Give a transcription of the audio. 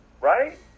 right